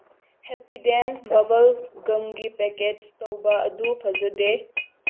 Happydent ꯕꯕꯜ ꯒꯝꯒꯤ packets ꯇꯧꯕ ꯑꯗꯨ ꯐꯖꯗꯦ